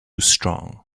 strong